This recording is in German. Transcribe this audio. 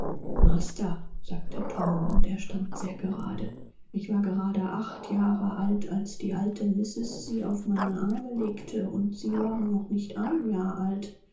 master sagte tom sich grade aufrichtend ich war just acht jahr alt wenn alte missis euch in meine arme legte und ihr wart noch kein jahr alt